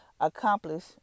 accomplish